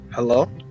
Hello